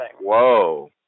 Whoa